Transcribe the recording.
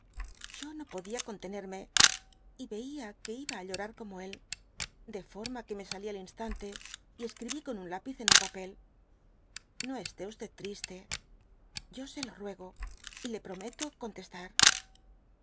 yo no podia contencrifte y veía que iba á llorar como él de forma que me salí al insunte y escribí con un lápiz en un papel k no esté triste yo se lo ruego y le prometo contestar